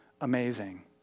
amazing